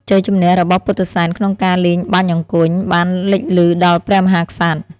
ជ័យជំនះរបស់ពុទ្ធិសែនក្នុងការលេងបាញ់អង្គុញបានលេចលឺដល់ព្រះមហាក្សត្រ។